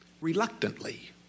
reluctantly